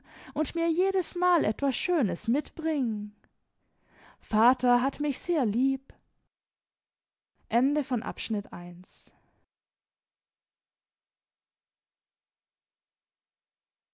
und mir jedesmal etwas schönes mitbringen vater hat mich sehr lieb